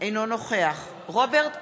אינו נוכח רוברט טיבייב,